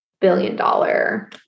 billion-dollar